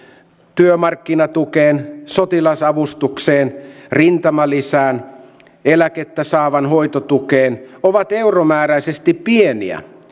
työmarkkinatukeen sotilasavustukseen rintamalisään ja eläkettä saavan hoitotukeen ovat euromääräisesti pieniä